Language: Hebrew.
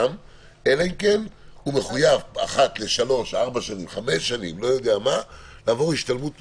אלא אם כן הוא מחויב אחת לכמה שנים לעבור השתלמות מסוימת,